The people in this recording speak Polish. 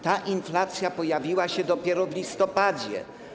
Ta inflacja pojawiła się dopiero w listopadzie.